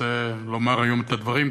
רוצה לומר היום את הדברים,